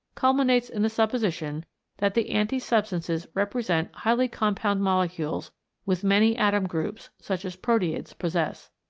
culminates in the supposition that the anti-substances represent highly compound molecules with many atom groups, such as proteids possess.